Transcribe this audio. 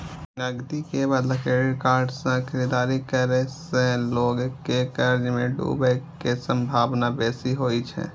नकदी के बदला क्रेडिट कार्ड सं खरीदारी करै सं लोग के कर्ज मे डूबै के संभावना बेसी होइ छै